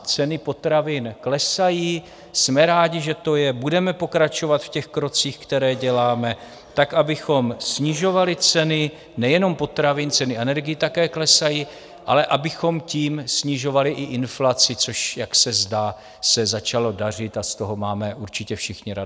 Ceny potravin klesají, jsme rádi, že to je, budeme pokračovat v těch krocích, které děláme, abychom snižovali ceny nejenom potravin, ceny energií také klesají ale abychom tím snižovali i inflaci, což, jak se zdá, se začalo dařit a z toho máme určitě všichni radost.